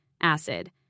acid